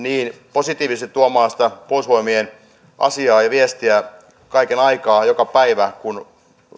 positiivisesti tuoda sitä puolustusvoimien asiaa ja viestiä kaiken aikaa joka päivä kun